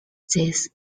this